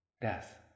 death